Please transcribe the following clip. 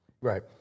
right